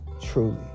truly